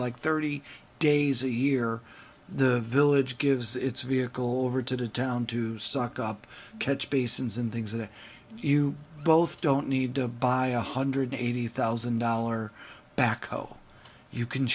like thirty days a year the village gives its vehicle over to the town to suck up catch basins and things that you both don't need to buy a one hundred eighty thousand dollar backhoe you can